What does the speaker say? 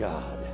God